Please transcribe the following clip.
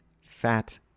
fat